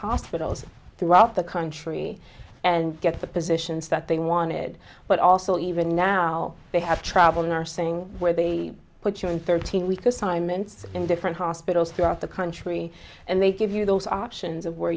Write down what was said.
hospitals throughout the country and get the positions that they wanted but also even now they have trouble in are saying where they put you in thirteen week assignments in different hospitals throughout the country and they give you those options of where